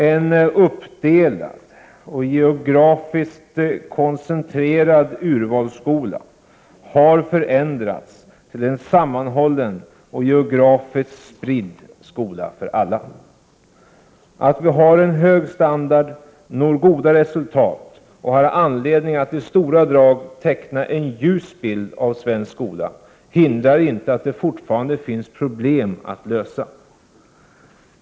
En uppdelad och geografiskt koncentrerad urvalsskola har förändrats till en sammanhållen och geografiskt spridd skola för alla. Att vi har en hög standard, når goda resultat och har anledning att i stora drag teckna en ljus bild av svensk skola hindrar inte att det fortfarande finns problem att lösa.